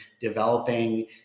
developing